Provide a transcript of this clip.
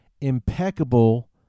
impeccable